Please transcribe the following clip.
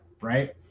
right